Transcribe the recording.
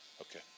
Okay